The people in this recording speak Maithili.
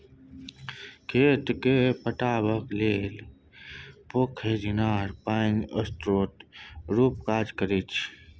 खेत केँ पटेबाक लेल पोखरि, इनार पानिक स्रोत रुपे काज करै छै